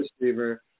receiver